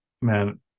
man